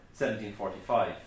1745